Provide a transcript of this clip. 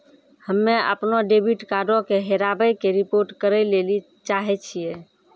हम्मे अपनो डेबिट कार्डो के हेराबै के रिपोर्ट करै लेली चाहै छियै